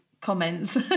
comments